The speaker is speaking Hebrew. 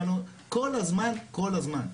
כל הזמן, כל הזמן.